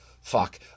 Fuck